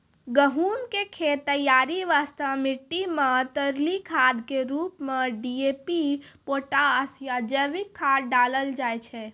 गहूम के खेत तैयारी वास्ते मिट्टी मे तरली खाद के रूप मे डी.ए.पी पोटास या जैविक खाद डालल जाय छै